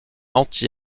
anti